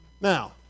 Now